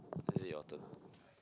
is it your turn